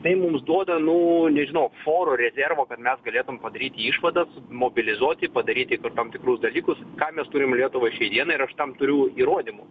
tai mums duoda nu nežinau foro rezervo kad net galėtum padaryti išvadas mobilizuoti padaryti tam tikrus dalykus ką mes turim lietuvai šiai dienai ir aš tam turiu įrodymų